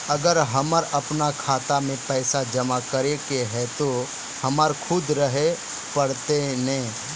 अगर हमर अपना खाता में पैसा जमा करे के है ते हमरा खुद रहे पड़ते ने?